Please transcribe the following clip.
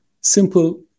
simple